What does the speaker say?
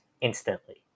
instantly